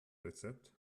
rezept